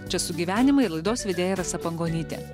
čia su gyvenimu ir laidos vedėja rasa pangonytė